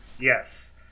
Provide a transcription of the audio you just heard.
yes